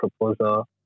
proposal